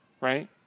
right